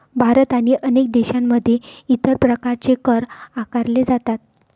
भारत आणि अनेक देशांमध्ये इतर प्रकारचे कर आकारले जातात